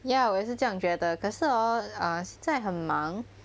ya 我也是这样觉得可是 hor err 现在很忙